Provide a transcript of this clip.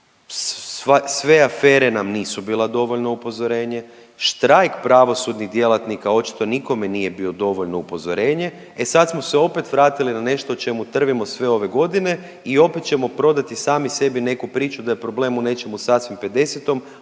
sve afere nam nisu bila dovoljno upozorenje, štrajk pravosudnih djelatnika očito nikome nije bio dovoljno upozorenje, e sad smo se opet vratili na nešto o čemu drvimo sve ove godine i opet ćemo prodati sami sebi neku priču da je problem u nečemu sasvim 50-om,